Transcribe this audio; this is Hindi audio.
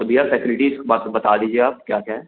तो भैया फैसिलिटीज़ बत बता दीजिए आप क्या क्या हैं